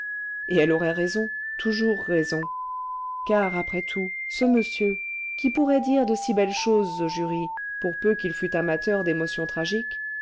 et elle aurait raison toujours raison car après tout ce monsieur qui pourrait dire de si belles choses au jury pour peu qu'il fût amateur d'émotions tragiques